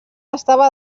estava